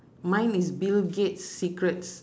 mine is bill gates' secrets